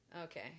Okay